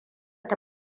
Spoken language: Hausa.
ta